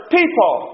people